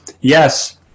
yes